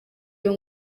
iyo